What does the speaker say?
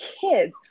kids